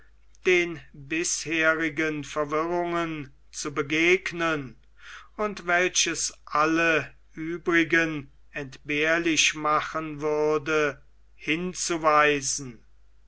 den bisherigen verwirrungen zu begegnen und welches alle übrigen entbehrlich machen würde hinzuweisen